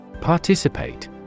Participate